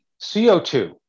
CO2